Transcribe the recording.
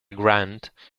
grant